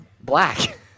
black